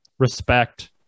Respect